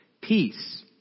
peace